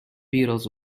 beatles